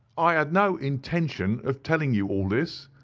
i had no intention of telling you all this,